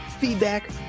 feedback